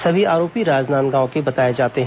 सभी आरोपी राजनांदगांव के बताए जाते हैं